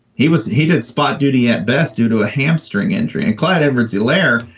he was. he didn't spot duty at best due to a hamstring injury. and clyde edwards hilaire,